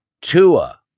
Tua